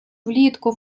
влітку